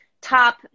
top